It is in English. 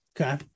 Okay